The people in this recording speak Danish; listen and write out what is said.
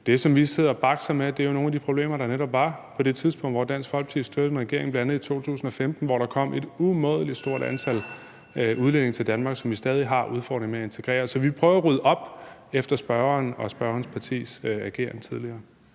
ting, som vi sidder og bakser med, jo er nogle af de problemer, der netop var på det tidspunkt, hvor Dansk Folkeparti støttede en regering, bl.a. i 2015, hvor der kom et umådelig stort antal udlændinge til Danmark, som vi stadig har udfordringer med at integrere. Så vi prøver at rydde op efter spørgeren og spørgerens partis ageren tidligere.